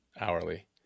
hourly